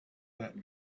that